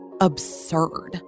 absurd